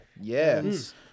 yes